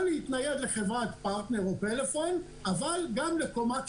להתנייד לחברת פרטנר או פלאפון אבל גם לקומה כשרה.